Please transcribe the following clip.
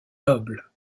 noble